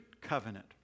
covenant